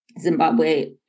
Zimbabwe